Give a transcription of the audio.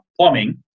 plumbing